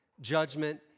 Judgment